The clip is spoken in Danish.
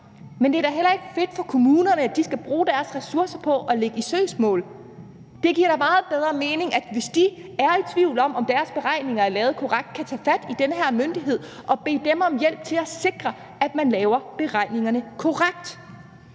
Men det er da heller ikke fedt for kommunerne, at de skal bruge deres ressourcer på at ligge i søgsmål. Det giver da meget bedre mening, at de, hvis de er i tvivl om, om deres beregninger er lavet korrekt, kan tage fat i den her myndighed og bede dem om hjælp til at sikre, at man laver beregningerne korrekt.